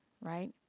Right